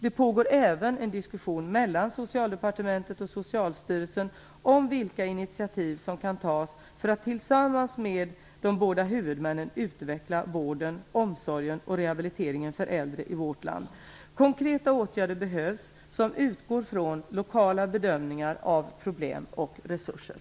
Det pågår även en diskussion mellan Socialdepartementet och Socialstyrelsen om vilka initiativ som kan tas för att tillsammans med de båda huvudmännen utveckla vården, omsorgen och rehabiliteringen för äldre i vårt land. Konkreta åtgärder behövs som utgår från lokala bedömningar av problem och resurser.